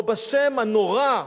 או בשם הנורא,